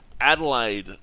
Adelaide